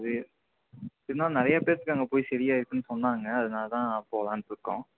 அது இன்னும் நெறைய பேர்த்துக்கு அங்கே போய் சரியாயிருக்குதுன்னு சொன்னாங்க அதனால்தான் போலான்ட்டிருக்கோம்